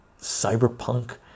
cyberpunk